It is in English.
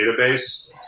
database